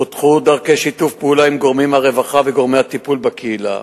פותחו דרכי שיתוף פעולה עם גורמים מהרווחה וגורמי הטיפול בקהילה,